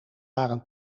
waren